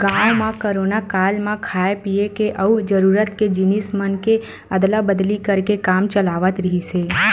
गाँव म कोरोना काल म खाय पिए के अउ जरूरत के जिनिस मन के अदला बदली करके काम चलावत रिहिस हे